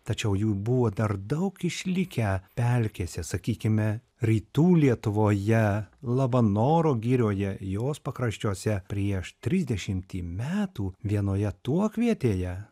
tačiau jų buvo dar daug išlikę pelkėse sakykime rytų lietuvoje labanoro girioje jos pakraščiuose prieš trisdešimtį metų vienoje tuokvietėje